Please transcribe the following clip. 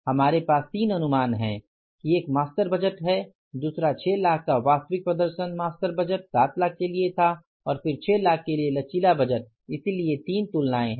हमारे पास तीन अनुमान हैं कि एक मास्टर बजट है दूसरा 6 लाख का वास्तविक प्रदर्शन मास्टर बजट 7 लाख के लिए था और फिर 6 लाख के लिए लचीला बजट इसलिए तीन तुलनाएं हैं